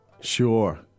Sure